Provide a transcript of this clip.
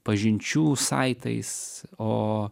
pažinčių saitais o